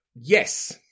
Yes